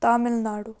Tamil Nadu